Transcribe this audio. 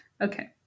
okay